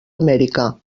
amèrica